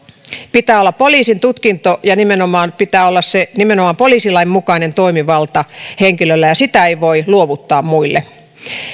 pitää olla poliisitutkinto ja pitää olla nimenomaan poliisilain mukainen toimivalta henkilöllä ja sitä ei voi luovuttaa muille